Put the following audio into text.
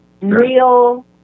real